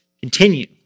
continue